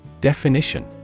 Definition